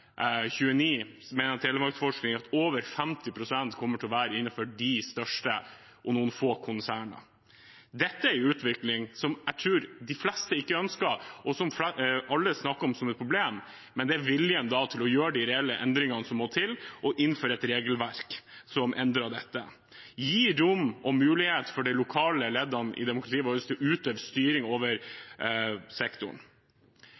Dette er en utvikling jeg tror de fleste ikke ønsker, og noe som alle snakker om som et problem, men det er vilje til å gjøre de reelle endringene som må til for å innføre et regelverk som endrer på dette. Man må gi rom og mulighet til de lokale leddene i demokratiet vårt til å utøve styring